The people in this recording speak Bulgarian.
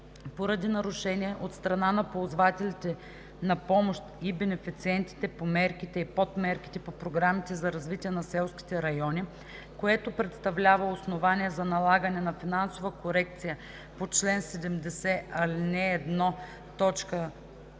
поради нарушение от страна на ползвателите на помощ и бенефициентите по мерките и подмерките от програмите за развитие на селските райони, което представлява основание за налагане на финансова корекция по чл. 70, ал. 1, т.